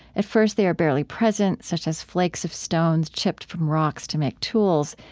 at first they are barely present, such as flakes of stones chipped from rocks to make tools.